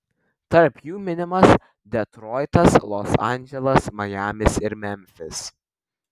tarp jų minimas detroitas los andželas majamis ir memfis